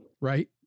right